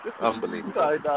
Unbelievable